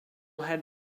had